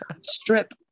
Strip